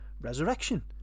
resurrection